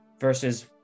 versus